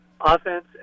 offense